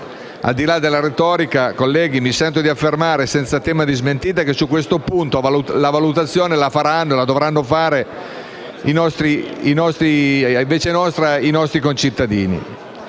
Al di là della retorica, colleghi, mi sento di affermare, senza tema di smentita, che su questo punto la valutazione la dovranno fare in nostra vece i cittadini